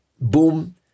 boom